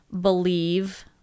believe